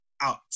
out